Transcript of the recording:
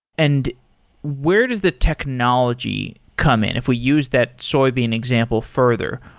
and where does the technology come in? if we use that soybean example further,